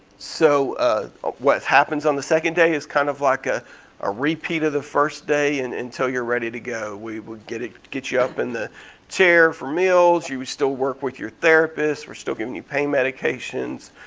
so what happens on the second day is kind of like a ah repeat of the first day and until you're ready to go. we would get ah get you up in the chair for meals, you would still work with your therapist. we're still giving you pain medications.